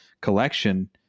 collection